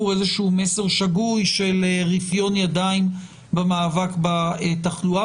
איזשהו מסר שגוי של רפיון ידיים במאבק בתחלואה.